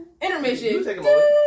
intermission